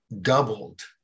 doubled